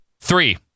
Three